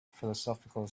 philosophical